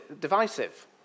divisive